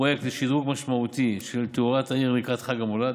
פרויקט לשדרוג משמעותי של תאורת העיר לקראת חג המולד,